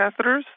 catheters